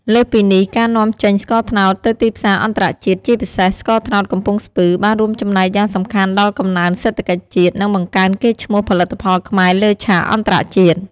លើសពីនេះ ការនាំចេញស្ករត្នោតទៅទីផ្សារអន្តរជាតិ ជាពិសេសស្ករត្នោតកំពង់ស្ពឺ បានរួមចំណែកយ៉ាងសំខាន់ដល់កំណើនសេដ្ឋកិច្ចជាតិ និងបង្កើនកេរ្តិ៍ឈ្មោះផលិតផលខ្មែរលើឆាកអន្តរជាតិ។